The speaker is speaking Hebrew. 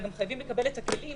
אלא גם חייבים לקבל את הכלים